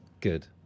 Good